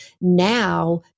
now